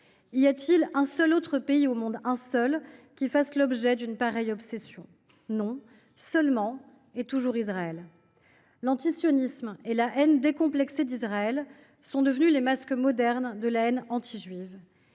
Y a t il un autre pays dans le monde, un seul, qui fasse l’objet d’une pareille obsession ? Non, il s’agit seulement et toujours d’Israël. L’antisionisme et la haine décomplexée d’Israël sont devenus les masques modernes de la haine anti juive.